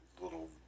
little